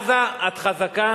"עזה, את חזקה.